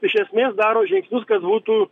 iš esmės daro žingsnius kad būtų